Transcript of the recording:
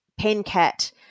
Pencat